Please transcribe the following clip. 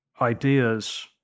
ideas